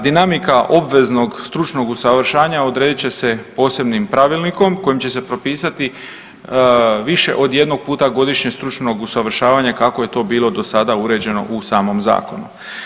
Dinamika obveznog stručnog usavršavanja odredit će se posebnim Pravilnikom kojim će se propisati više od jednog puta godišnje stručnog usavršavanja kako je to bilo do sada bilo uređeno u samom Zakonu.